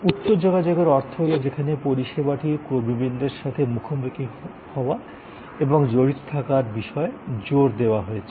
উচ্চ যোগাযোগের অর্থ হল সেখানে পরিষেবাটির কর্মীবৃন্দের সাথে মুখোমুখি হওয়া এবং জড়িত থাকার বিষয়ে জোর দেওয়া হয়েছে